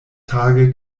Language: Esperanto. tage